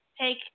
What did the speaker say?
take